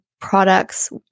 products